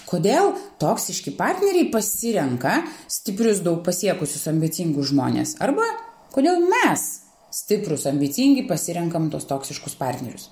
kodėl toksiški partneriai pasirenka stiprius daug pasiekusius ambicingus žmones arba kodėl mes stiprūs ambicingi pasirenkam tuos toksiškus partnerius